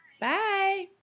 Bye